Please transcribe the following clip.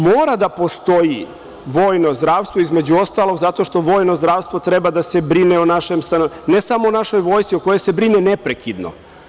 Mora da postoji vojno zdravstvo, između ostalog, zato što vojno zdravstvo treba da se brine o našem stanovništvu, ne samo o našoj vojsci o kojoj se brine neprekidno.